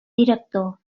director